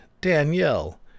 Danielle